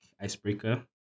icebreaker